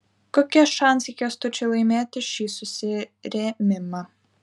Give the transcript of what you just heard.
kokie šansai kęstučiui laimėti šį susirėmimą